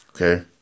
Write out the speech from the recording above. okay